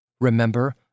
Remember